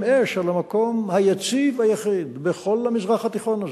"אש" על המקום היציב היחיד בכל המזרח התיכון הזה,